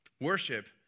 Worship